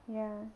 ya